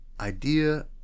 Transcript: idea